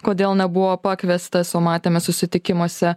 kodėl nebuvo pakviestas o matėme susitikimuose